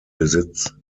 besitz